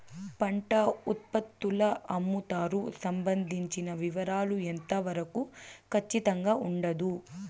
పంట ఉత్పత్తుల అమ్ముతారు సంబంధించిన వివరాలు ఎంత వరకు ఖచ్చితంగా ఉండదు?